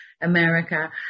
America